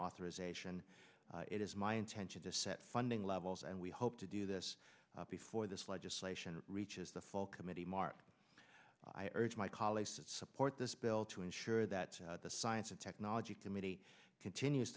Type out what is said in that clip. authorization it is my intention to set funding levels and we hope to do this before this legislation reaches the full committee mark i urge my colleagues support this bill to ensure that the science and technology committee continues